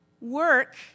work